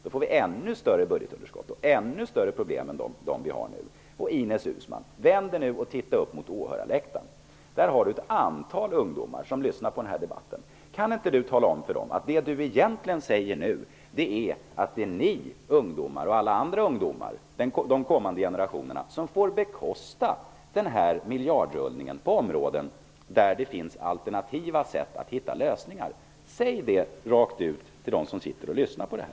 Då får vi ännu större budgetunderskott och ännu större problem än vad vi har nu. Jag ber Ines Uusmann vända sig om och titta upp mot åhörarläktaren. Där sitter ett antal ungdomar och lyssnar på debatten. Kan inte Ines Uusmann tala om för dem att det hon egentligen säger är att det är de och alla andra ungdomar och de kommande generationerna som får bekosta miljardrullningen på områden där det finns alternativa lösningar? Säg det rakt ut till dem som sitter och lyssnar!